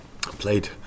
played